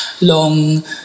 long